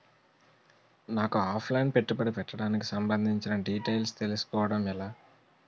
నాకు offline పెట్టుబడి పెట్టడానికి సంబందించిన డీటైల్స్ తెలుసుకోవడం ఎలా?